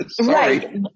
Right